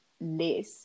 less